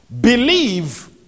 believe